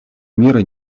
мира